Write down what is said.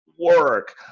work